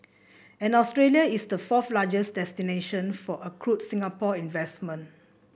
and Australia is the fourth largest destination for accrued Singapore investment